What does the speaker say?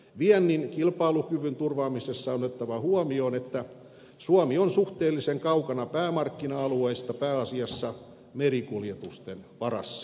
viennin kilpailukyvyn turvaamisessa on otettava huomioon että suomi on suhteellisen kaukana päämarkkina alueista pääasiassa merikuljetusten varassa